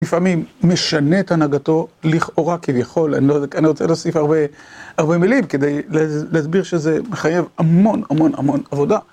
לפעמים משנה את הנהגתו לכאורה כביכול, אני רוצה להוסיף הרבה, הרבה מילים כדי להסביר שזה מחייב המון המון המון עבודה.